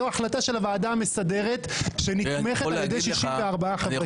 זו החלטה של הוועדה המסדרת שנתמכת על ידי 64 חברי כנסת.